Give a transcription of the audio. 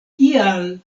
kial